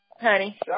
Honey